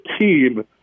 team